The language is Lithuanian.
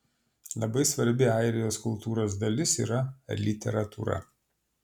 labai svarbi airijos kultūros dalis yra literatūra